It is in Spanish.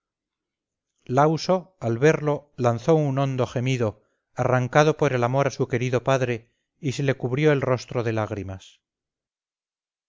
enemigo lauso al verlo lanzó un hondo gemido arrancado por el amor a su querido padre y se le cubrió el rostro de lágrimas